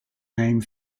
name